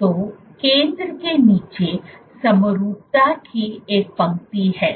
तो केंद्र के नीचे समरूपता की एक पंक्ति है